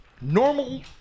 normal